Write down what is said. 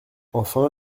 enfin